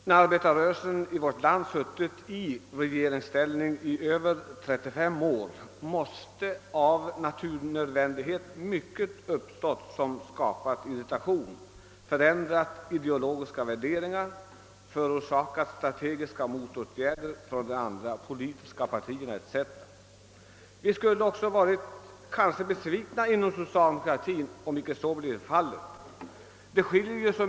När arbetarrörelsen i vårt land suttit i regeringsställning i över 35 år måste med naturnödvändighet mycket ha uppstått som skapat irritation, förändrat ideologiska värderingar, förorsakat strategiska motåtgärder från de andra politiska partierna, etc. Vi skulle inom =<:socialdemokratin kanske också ha varit besvikna, om så icke blivit fallet.